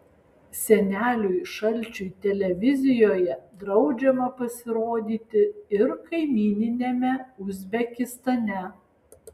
seneliui šalčiui televizijoje draudžiama pasirodyti ir kaimyniniame uzbekistane